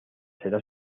será